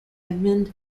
edmund